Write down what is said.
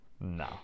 No